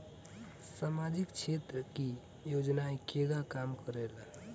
सामाजिक क्षेत्र की योजनाएं केगा काम करेले?